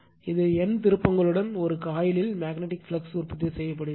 எனவே N திருப்பங்களுடன் ஒரு காயிலில் மேக்னட்டிக்ப் ஃப்ளக்ஸ் உற்பத்தி செய்யப்படுகிறது